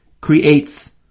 creates